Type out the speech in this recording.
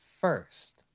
first